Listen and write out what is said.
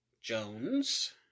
Jones